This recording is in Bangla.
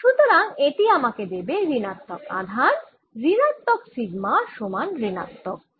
সুতরাং এটি আমাকে দেবে ঋণাত্মক আধান ঋণাত্মক সিগমা সমান ঋণাত্মক P